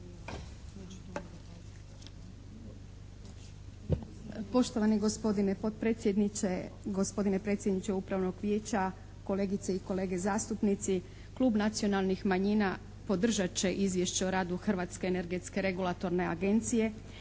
Poštovani gospodine potpredsjedniče, gospodine predsjedniče upravnog vijeća, kolegice i kolege zastupnici. Klub Nacionalnih manjina podržat će Izvješće o radu Hrvatske energetske regulatorne agencije,